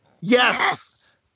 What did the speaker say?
Yes